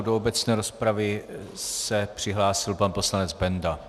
Do obecné rozpravy se přihlásil pan poslanec Benda.